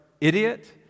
idiot